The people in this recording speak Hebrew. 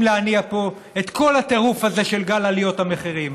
להניע פה את כל הטירוף הזה של גל עליות המחירים.